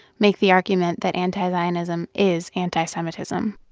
make the argument that anti-zionism is anti-semitism.